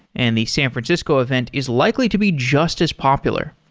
and the san francisco event is likely to be just as popular.